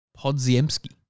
Podziemski